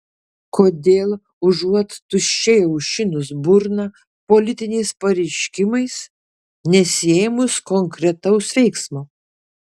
kodėl užuot tuščiai aušinus burną politiniais pareiškimais nesiėmus konkretaus veiksmo